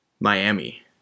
Miami